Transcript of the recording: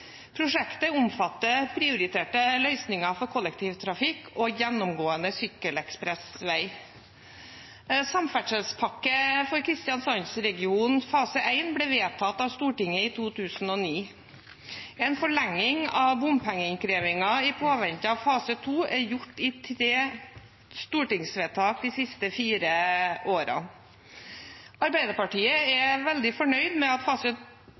Prosjektet omfatter prioriterte løsninger for kollektivtrafikk og gjennomgående sykkelekspressvei. Samferdselspakke for Kristiansandsregionen fase 1 ble vedtatt av Stortinget i 2009. En forlenging av bompengeinnkrevingen i påvente av fase 2 er gjort i tre stortingsvedtak de siste fire årene. Arbeiderpartiet er veldig fornøyd med at